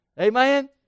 Amen